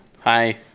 Hi